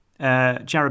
Jared